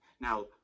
now